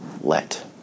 Let